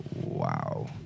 wow